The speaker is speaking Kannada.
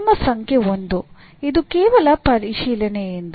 ನಿಯಮ ಸಂಖ್ಯೆ 1 ಇದು ಕೇವಲ ಪರಿಶೀಲನೆಯಿಂದ